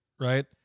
right